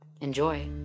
Enjoy